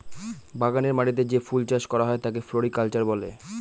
বাগানের মাটিতে যে ফুল চাষ করা হয় তাকে ফ্লোরিকালচার বলে